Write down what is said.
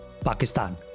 Pakistan